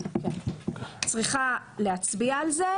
צריכה להצביע על זה.